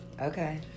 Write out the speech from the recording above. Okay